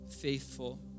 faithful